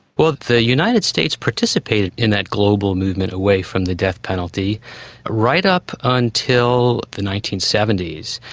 well, the united states participated in that global movement away from the death penalty right up until the nineteen seventy s,